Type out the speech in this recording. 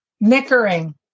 Nickering